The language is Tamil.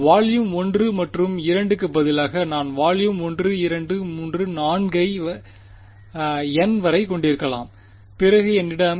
எனவே வால்யும் 1 மற்றும் 2 க்கு பதிலாக நான் வால்யும் 1 2 3 4 ஐ n வரை கொண்டிருக்கலாம் பிறகு என்னிடம்